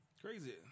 Crazy